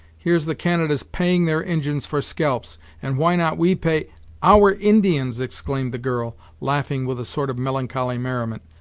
here's the canadas paying their injins for scalps, and why not we pay our indians! exclaimed the girl, laughing with a sort of melancholy merriment.